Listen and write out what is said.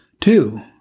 Two